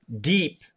deep